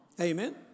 Amen